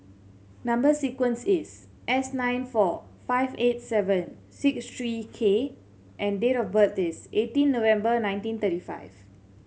number sequence is S nine four five eight seven six three K and date of birth is eighteen November nineteen thirty five